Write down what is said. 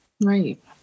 Right